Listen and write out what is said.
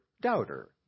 doubter